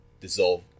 dissolve